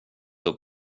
upp